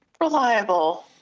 reliable